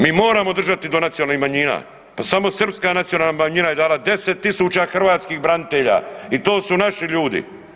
Mi moramo držati do nacionalnih manjina, pa samo srpska nacionalna manjina je dala 10 000 hrvatskih branitelja i to su naši ljudi.